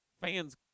fans